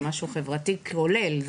זה משהו חברתי כולל,